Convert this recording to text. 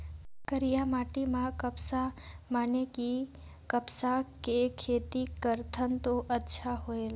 करिया माटी म कपसा माने कि कपास के खेती करथन तो अच्छा होयल?